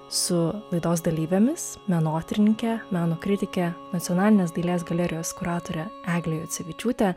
su laidos dalyvėmis menotyrininke meno kritike nacionalinės dailės galerijos kuratore egle jucevičiūte